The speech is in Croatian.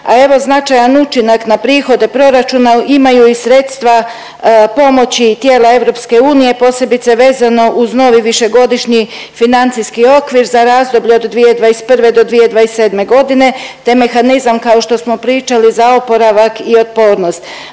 a evo značajan učinak na prihode proračuna imaju i sredstva pomoći tijela EU, posebice vezano uz novi višegodišnji financijski okvir za razdoblje od 2021. do 2027.g., te mehanizam kao što smo pričali za oporavak i otpornost.